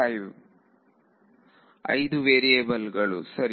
ವಿದ್ಯಾರ್ಥಿ5 5 variable ಗಳು ಸರಿ